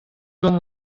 gant